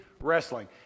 wrestling